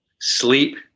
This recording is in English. sleep